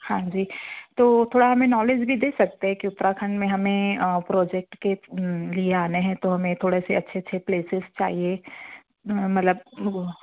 हाँ जी तो थोड़ा हमें नॉलेज भी दे सकते हैं कि उत्तराखंड में हमें प्रोजेक्ट के लिए आना है तो हमें थोड़े से अच्छे अच्छे प्लेसेस चाहिए मतलब वह